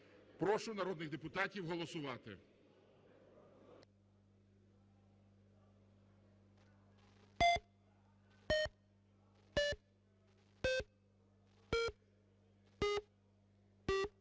Прошу народних депутатів голосувати.